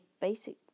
basic